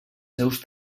seus